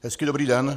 Hezký, dobrý den.